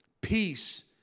peace